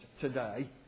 today